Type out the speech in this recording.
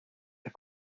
are